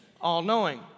All-knowing